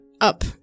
up